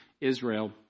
Israel